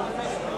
הצעת סיעות